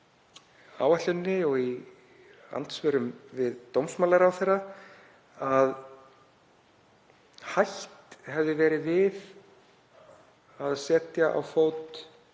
áætluninni og í andsvörum við dómsmálaráðherra að hætt hefði verið við að setja á fót